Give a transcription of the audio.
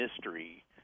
mystery